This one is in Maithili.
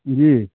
जी